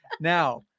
Now